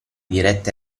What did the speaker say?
dirette